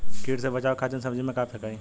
कीट से बचावे खातिन सब्जी में का फेकाई?